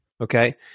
okay